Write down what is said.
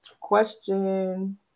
Question